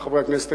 חברי חברי הכנסת,